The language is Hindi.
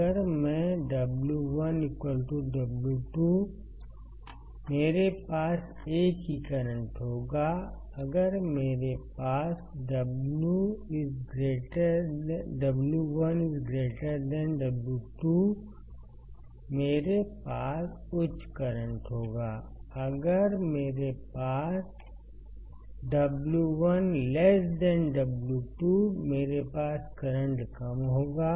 अगर मैं W1W2 मेरे पास एक ही करंट होगा अगर मेरे पास W1 W2 मेरे पास उच्च करंट होगा अगर मेरे पास W1 W2 मेरे पास करंट कम होगा